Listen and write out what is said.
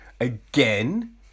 again